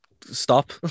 stop